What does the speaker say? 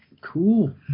cool